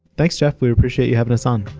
thanks, jeff. we appreciate you having us on.